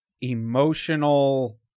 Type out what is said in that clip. emotional